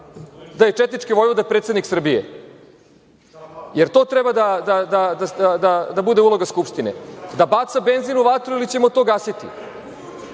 da je četnički vojvoda predsednik Srbije. Da li to treba da bude uloga Skupštine, da baca benzin u vatru ili ćemo to gasiti? Vodite